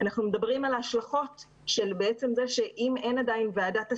אנחנו מדברים על ההשלכות של עצם זה שאם אין עדיין ועדת השגה,